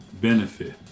benefit